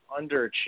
underachieved